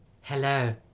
Hello